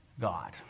God